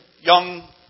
young